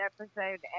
episode